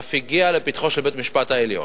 ואף הגיע לפתחו של בית-המשפט העליון,